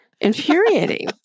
Infuriating